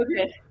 Okay